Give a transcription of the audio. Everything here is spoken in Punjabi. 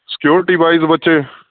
ਸਿਕਿਉਰਿਟੀ ਵਾਈਜ਼ ਬੱਚੇ